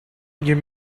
give